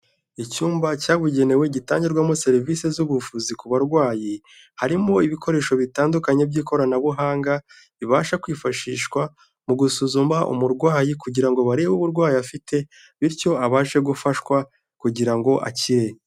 Icyumba cyabugenewe gitangirwamo serivisi z'ubuvuzi ku barwayi, harimo ibikoresho bitandukanye by'ikoranabuhanga bibasha kwifashishwa mu gusuzuma umurwayi kugira ngo barebe uburwayi afite bityo abashe gufashwa kugira ngo akireye.